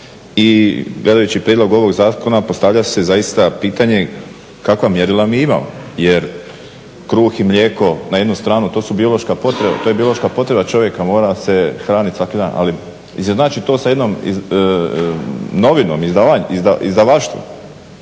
i gledajući prijedlog ovog zakona postavlja se zaista pitanje kakva mjerila mi imamo? Jer kruh i mlijeko na jednu stranu, to je biološka potreba čovjeka, mora se hraniti svaki dan, ali izjednačiti to sa jednom novinom, izdavaštvom